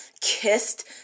kissed